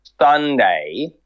Sunday